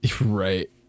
Right